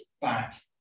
back